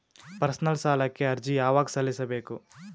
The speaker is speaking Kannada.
ಪರ್ಸನಲ್ ಸಾಲಕ್ಕೆ ಅರ್ಜಿ ಯವಾಗ ಸಲ್ಲಿಸಬೇಕು?